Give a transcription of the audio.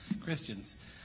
Christians